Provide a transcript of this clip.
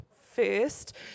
First